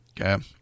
Okay